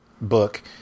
book